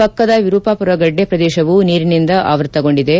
ಪಕ್ಕದ ವಿರುಪಾಪುರ ಗಡ್ಡೆ ಪ್ರದೇಶವೂ ನೀರಿನಿಂದ ಆವೃತ್ತಗೊಂಡಿದೆ